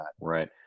Right